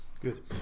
good